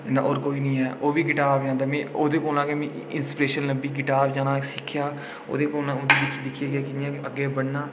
इ'न्ना कोई निं ऐ ओह्बी गिटार बजांदा में ओह्दे कोला गै मिगी इंसीपीरेशन लब्भी गिटार बजाना सिक्खेआ उ'नेईं दिक्खियै गै अग्गै बधना